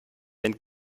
wenn